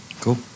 Cool